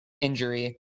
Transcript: injury